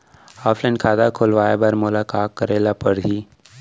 Offline खाता खोलवाय बर मोला का करे ल परही?